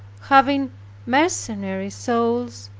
having mercenary souls,